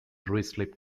ruislip